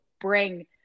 bring